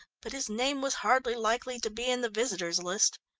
but his name was hardly likely to be in the visitors' list.